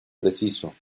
preciso